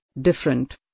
different